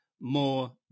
more